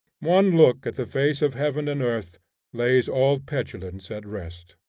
one look at the face of heaven and earth lays all petulance at rest,